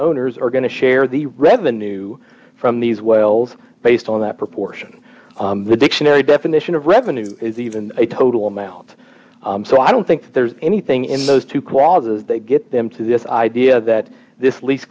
owners are going to share the revenue from these wells based on that proportion the dictionary definition of revenue is even a total amount so i don't think there's anything in those two clauses that get them to this idea that this lease